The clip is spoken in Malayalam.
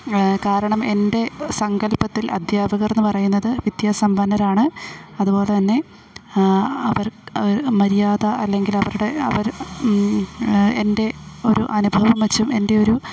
കാരണം എൻ്റെ സങ്കല്പത്തിൽ അദ്ധ്യാപകരെന്നു പറയുന്നത് വിദ്യാ സമ്പന്നരാണ് അതുപോലെതന്നെ അവർ മര്യാദ അല്ലങ്കിലവരുടെ അവർ എൻ്റെ ഒരു അനുഭവംവച്ചും എൻ്റെ ഒരു